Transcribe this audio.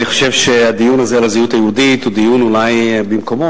אני חושב שהדיון הזה על הזהות היהודית הוא דיון אולי במקומו,